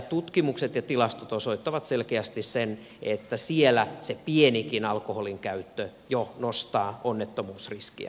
tutkimukset ja tilastot osoittavat selkeästi sen että siellä se pienikin alkoholin käyttö jo nostaa onnettomuusriskiä